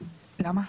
למה?